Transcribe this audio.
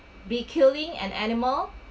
be killing an animal